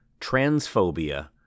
Transphobia